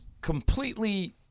completely